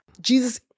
Jesus